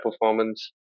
performance